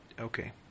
okay